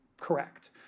correct